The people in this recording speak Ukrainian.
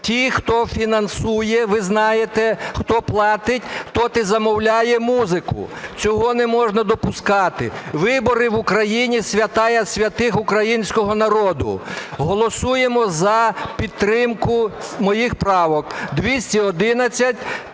Ті, хто фінансує, ви знаєте, хто платить, той і замовляє музику. Цього не можна допускати. Вибори в Україні – свята святих українського народу. Голосуємо за підтримку моїх правок – 211,